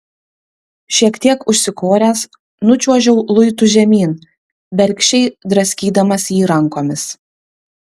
šiek tiek užsikoręs nučiuožiau luitu žemyn bergždžiai draskydamas jį rankomis